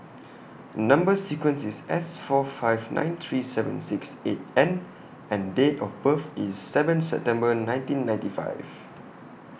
Number sequence IS S four five nine three seven six eight N and Date of birth IS seven September nineteen ninety five